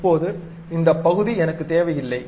இப்போது இந்த பகுதி எனக்கு தேவை இல்லை